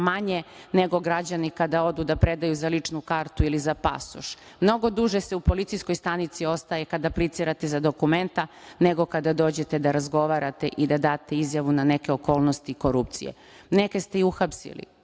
manje nego građani kada odu da predaju za ličnu kartu ili za pasoš. Mnogo duže se u policijskoj stanici ostaje kada aplicirate za dokumenta nego kada dođete da razgovarate i da date izjavu na neke okolnosti korupcije. Neke ste i uhapsili,